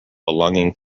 belonging